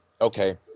okay